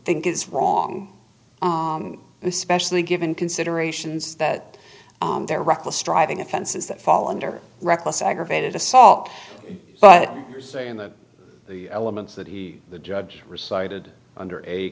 think is wrong especially given considerations that they're reckless driving offenses that fall under reckless aggravated assault but you're saying that the elements that he the judge recited under a